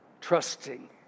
trusting